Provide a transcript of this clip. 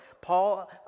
Paul